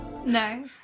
No